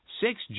six